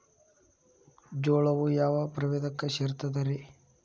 ಜೋಳವು ಯಾವ ಪ್ರಭೇದಕ್ಕ ಸೇರ್ತದ ರೇ?